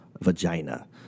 vagina